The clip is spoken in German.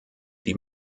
die